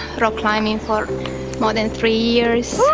rock-climbing, for more than three years,